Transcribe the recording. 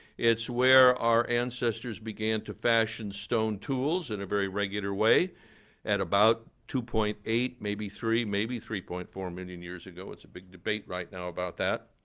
it's where our ancestors began to fashion stone tools in a very regular way at about two point eight, maybe three, maybe three point four million years ago. it's a big debate right now about that.